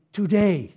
today